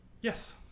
Yes